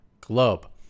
globe